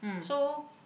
so